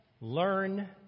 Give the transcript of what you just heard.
learn